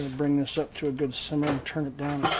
and bring this up to a good simmer, turn it down